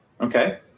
Okay